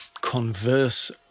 converse